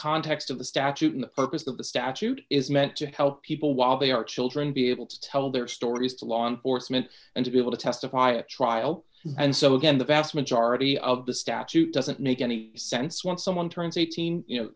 context of the statute in the purpose of the statute is meant to help people while they are children to be able to tell their stories to law enforcement and to be able to testify at trial and so again the vast majority of the statute doesn't make any sense when someone turns eighteen you know